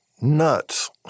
Nuts